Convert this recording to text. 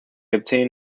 obtained